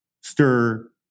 stir